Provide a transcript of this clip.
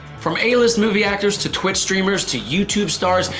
from a list movie actors to twitch streamers to youtube stars,